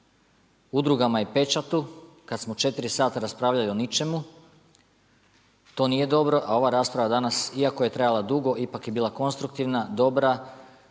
o udrugama i pečatu, kada smo 4 sata raspravljali o ničemu. To nije dobro, a ova rasprava danas, iako je trajala dugo, ipak je bila konstruktivna, dobra